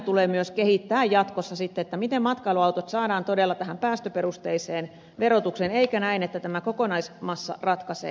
tulee myös kehittää jatkossa sitä miten matkailuautot saadaan todella tähän päästöperusteiseen verotukseen eikä niin että tämä kokonaismassa ratkaisee